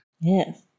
Yes